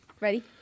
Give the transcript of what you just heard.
Ready